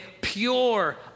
pure